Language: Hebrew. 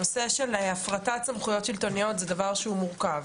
הנושא של הפרטת סמכויות שלטוניות זה דבר שהוא מורכב,